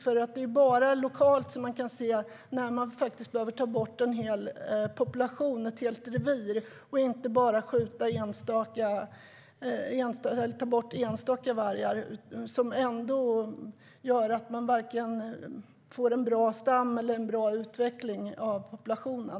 Det är nämligen bara lokalt som man kan se när man faktiskt behöver ta bort en hel population, ett helt revir, och inte bara skjuta enstaka vargar, vilket gör att man varken får en bra stam eller en bra utveckling av populationen.